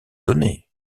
donnais